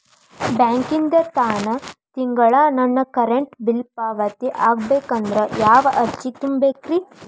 ಬ್ಯಾಂಕಿಂದ ತಾನ ತಿಂಗಳಾ ನನ್ನ ಕರೆಂಟ್ ಬಿಲ್ ಪಾವತಿ ಆಗ್ಬೇಕಂದ್ರ ಯಾವ ಅರ್ಜಿ ತುಂಬೇಕ್ರಿ?